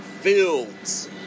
fields